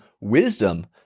wisdom